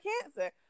cancer